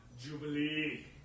jubilee